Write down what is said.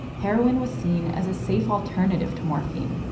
heroin was seen as a safe alternative to morphine,